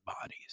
bodies